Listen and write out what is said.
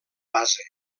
base